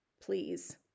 Please